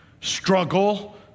struggle